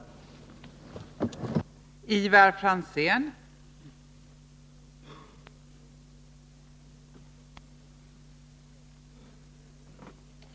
minska svavelutsläpp vid förbrän